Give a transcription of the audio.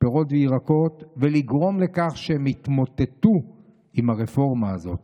פירות וירקות ולגרום לכך שהם יתמוטטו עם הרפורמה הזאת.